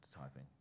typing